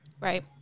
Right